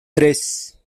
tres